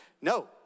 no